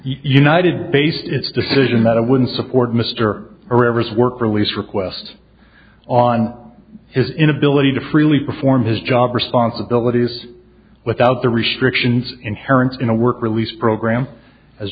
united based its decision that i would support mr aris work release request on his inability to freely perform his job responsibilities without the restrictions inherent in a work release program as